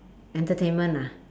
entertainment ah